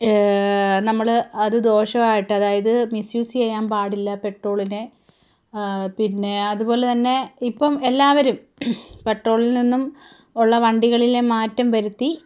നമ്മൾ അത് ദോഷമായിട്ട് അതായത് മിസ്യൂസ് ചെയ്യാൻ പാടില്ല പെട്രോളിനെ പിന്നെ അതുപോലെ തന്നെ ഇപ്പം എല്ലാവരും പെട്രോളിൽ നിന്നും ഉള്ള വണ്ടികളിലെ മാറ്റം വരുത്തി